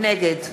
נגד